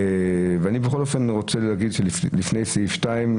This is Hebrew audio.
אני בכל אופן רוצה להגיד לפני סעיף 2,